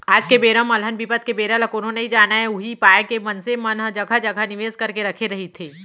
आज के बेरा म अलहन बिपत के बेरा ल कोनो नइ जानय उही पाय के मनसे मन ह जघा जघा निवेस करके रखे रहिथे